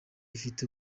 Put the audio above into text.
ifite